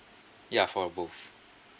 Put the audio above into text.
ya for both